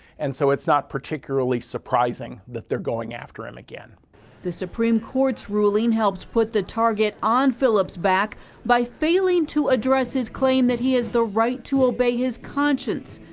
and so it is not particularly surprising that they're going after him again. reporter the supreme court's ruling helps put the target on phillips' back by failing to address his claim that he has the right to obey his conscience.